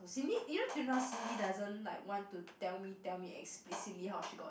Cindy you know till now Cindy doesn't like want to tell me tell me explicitly how she got it